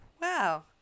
wow